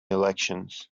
elections